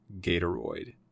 gatoroid